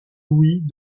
louis